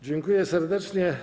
Dziękuję serdecznie.